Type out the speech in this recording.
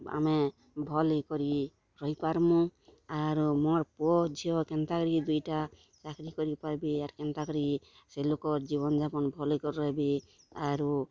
ଆମେ ଭଲ୍ ହେଇକରି ରହିପାର୍ମୁ ଆରୁ ମୋର୍ ପୁଅ ଝିଅ କେନ୍ତା କରିକି ଦୁଇ'ଟା ଚାକ୍ରୀ କରିପାର୍ବେ ଆରୁ କେନ୍ତା କରି ସେ ଲୋକ୍ ଜୀବନ୍ ଯାପନ୍ ଭଲ୍କି କରିକି ରହେବେ ଆରୁ